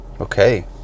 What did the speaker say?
okay